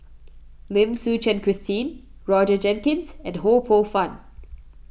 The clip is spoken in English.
Lim Suchen Christine Roger Jenkins and Ho Poh Fun